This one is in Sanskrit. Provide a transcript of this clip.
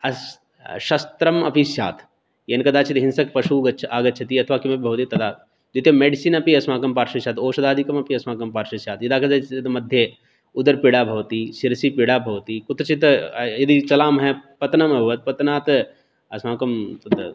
अस् शस्त्रमपि स्यात् येन कदाचित् हिंसकपशुः ग आगच्छति अथवा किमपि भवति तदा द्वितीयं मेडिसिन् अपि अस्माकं पार्श्वे स्यात् औषधादिकमपि अस्माकं पार्श्वे श्यात् यदा कदाचित् मध्ये उदरपीडा भवति शिरसि पीडा भवति कुत्रचित् य यदि चलामः पतनम् अभवत् पतनात् अस्माकं तद्